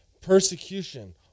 persecution